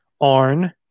Arn